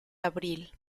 abril